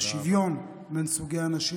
בשוויון בין סוגי אנשים,